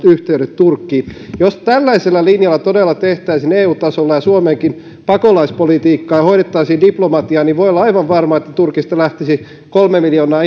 yhteydet turkkiin jos tällaisella linjalla todella tehtäisiin eu tason ja suomenkin pakolaispolitiikkaa ja hoidettaisiin diplomatiaa niin voi olla aivan varma että turkista lähtisi kolme miljoonaa